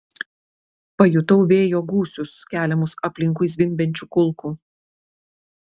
pajutau vėjo gūsius keliamus aplinkui zvimbiančių kulkų